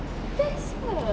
best [pe]